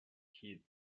heath